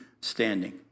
standing